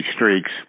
streaks